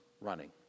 running